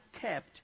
kept